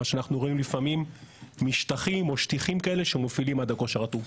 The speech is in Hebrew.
מה שאנחנו רואים לפעמים משטחים או שטיחים כאלה שמובילים עד החלק הרטוב.